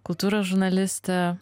kultūros žurnalistė